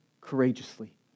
courageously